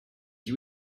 you